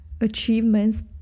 achievements